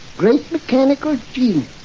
great mechanical genius,